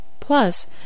Plus